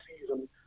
season